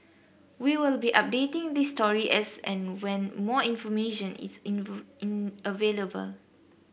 we will be updating this story as and when more information is in in available